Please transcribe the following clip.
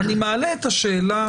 אני מעלה את השאלה,